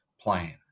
plan